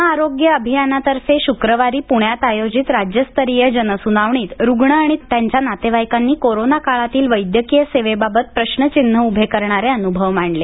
जन आरोग्य अभियानातर्फे शुक्रवारी पृण्यात आयोजित राज्यस्तरीय जनसुनावणीत रुग्ण आणि त्यांच्या नातेवाईकांनी कोरोना कळातील वैद्यकीय सेवेबाबत प्रश्नचिन्ह उभे करणारे अनुभव मांडले